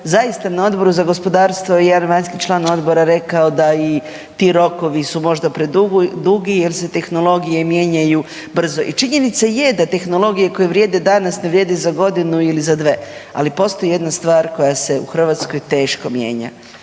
zaista na Odboru za gospodarstvo je jedan od vanjskih članova odbora rekao da i ti rokovi su možda predugi jer se tehnologije mijenjaju brzo. I činjenica je da tehnologije koje vrijede danas ne vrijede za godinu ili za dve, ali postoji jedna stvar koja se u Hrvatskoj teško mijenja,